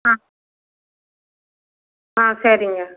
ஆ ஆ சரிங்க